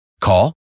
Call